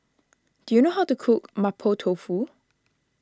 do you know how to cook Mapo Tofu